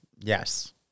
Yes